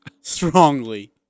Strongly